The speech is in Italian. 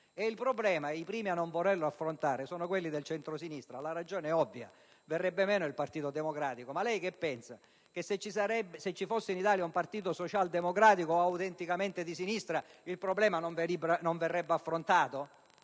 E il problema i primi a non volerlo affrontare sono quelli del centrosinistra. La ragione è ovvia: verrebbe meno il Partito Democratico. Ma lei, senatore Veronesi, che pensa, che se ci fosse in Italia un partito socialdemocratico o autenticamente di sinistra il problema non verrebbe affrontato?